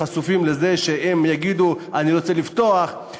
חשופים לזה שהם יגידו: אני רוצה לפתוח,